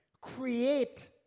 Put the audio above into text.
Create